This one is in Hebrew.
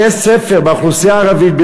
יש בתי-ספר באוכלוסייה הערבית,